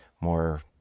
more